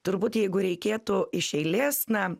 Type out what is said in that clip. turbūt jeigu reikėtų iš eilės na